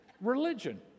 Religion